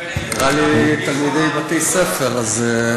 נראה לי שתלמידי בתי-ספר, אז,